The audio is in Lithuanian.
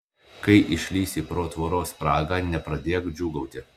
kai išlįsi pro tvoros spragą nepradėk džiūgauti